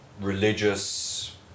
religious